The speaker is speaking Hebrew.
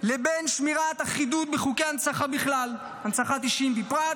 לבין שמירת אחידות בחוקי הנצחה בכלל והנצחת אישים בפרט,